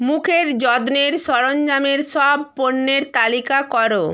মুখের যত্নের সরঞ্জামের সব পণ্যের তালিকা করো